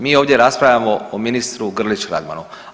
Mi ovdje raspravljamo o ministru Grlić Radmanu.